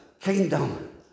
kingdom